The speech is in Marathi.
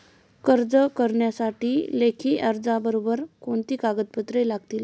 कर्ज करण्यासाठी लेखी अर्जाबरोबर कोणती कागदपत्रे लागतील?